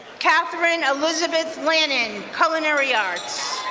katherine elizabeth linen, culinary arts.